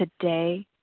Today